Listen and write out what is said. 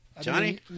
Johnny